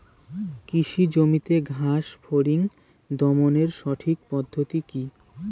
কৃষি জমিতে ঘাস ফরিঙ দমনের সঠিক পদ্ধতি কি?